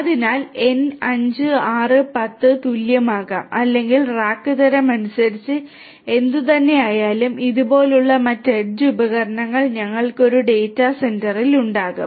അതിനാൽ n 5 6 10 ന് തുല്യമാകാം അല്ലെങ്കിൽ റാക്ക് തരം അനുസരിച്ച് എന്തുതന്നെയായാലും ഇതുപോലുള്ള മറ്റ് എഡ്ജ് ഉപകരണങ്ങൾ ഞങ്ങൾക്ക് ഒരു ഡാറ്റാ സെന്ററിൽ ഉണ്ടാകും